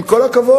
עם כל הכבוד,